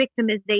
victimization